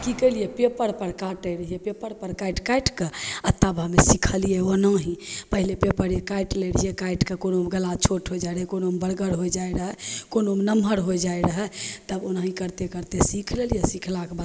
कि कएलिए पेपरपर काटै रहिए पेपरपर काटि काटिके आओर तब हमे सिखलिए ओनाहि पहिले पेपरमे काटि लै रहिए काटिके कोनोमे गला छोट हो जाइ रहै कोनोमे बड़गर हो जाइ रहै कोनोमे नमहर होइ जाइ रहै तब ओनाहि करिते करिते सिखि लेलिए सिखलाके बाद तब